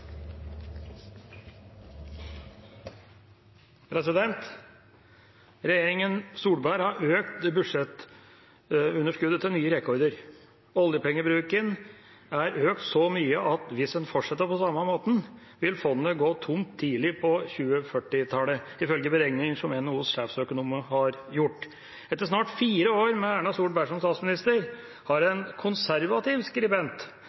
Solberg har økt budsjettunderskuddet til nye rekorder. Oljepengebruken er økt så mye at hvis man fortsetter på samme måten, vil fondet gå tomt tidlig på 2040-tallet, ifølge beregninger som NHOs sjefsøkonomer har gjort. Etter snart fire år med Erna Solberg som statsminister har en konservativ skribent